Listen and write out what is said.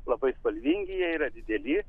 labai spalvingi jie yra dideli